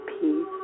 peace